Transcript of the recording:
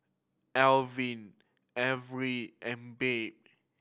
Alvin Averi and Bea